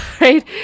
right